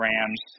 Rams